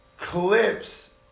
clips